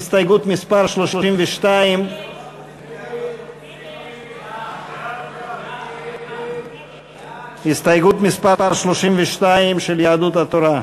הסתייגות מס' 32. הסתייגות מס' 32 של יהדות התורה,